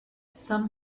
some